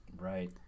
Right